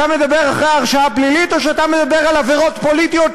אתה מדבר על אחרי הרשעה פלילית או שאתה מדבר על עבירות פוליטיות,